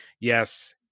yes